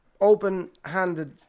open-handed